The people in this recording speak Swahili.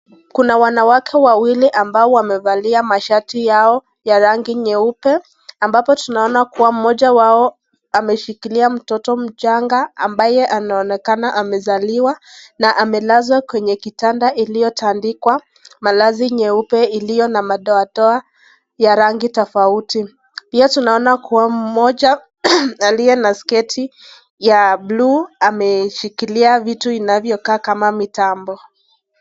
Kuna wanawake wawili ambao wamevalia mashati yao ya rangi nyeupe, ambapo tunaona kuwa moja wao ameshikilia mtoto mchanga ambaye anaonekana amezaliwa na amelazwa kwenye itanda iliyotaandikwa malazi nyeupe iliyo na madoadoa ya rangi tofauti. pia tunaona kuwa moja aliye na sketi ya blue ameshikilia vitu vinavyo kaa kama mitambo.